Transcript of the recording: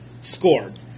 scored